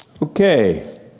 Okay